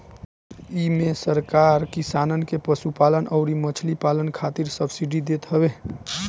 इमे सरकार किसानन के पशुपालन अउरी मछरी पालन खातिर सब्सिडी देत हवे